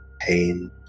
pain